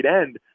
end